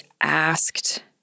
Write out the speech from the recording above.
asked